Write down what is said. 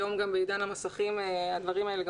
היום גם בעידן המסכים הדברים האלה גם